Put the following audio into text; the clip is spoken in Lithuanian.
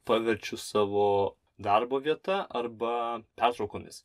paverčiu savo darbo vieta arba pertraukomis